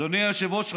אדוני היושב-ראש,